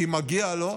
כי מגיע לו.